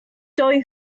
doi